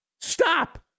stop